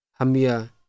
hamia